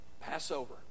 Passover